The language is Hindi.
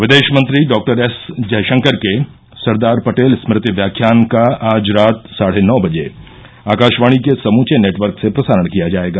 विदेश मंत्री डॉ एसजयशंकर के सरदार पटेल स्मृति व्याख्यान का आज रात साढे नौ बजे आकाशवाणी के समूचे नेटवर्क से प्रसारण किया जाएगा